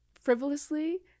frivolously